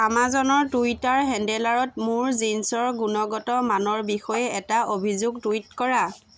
আমাজনৰ টুইটাৰ হেণ্ডলাৰত মোৰ জিনচ্ৰ গুণগত মানৰ বিষয়ে এটা অভিযোগ টুইট কৰা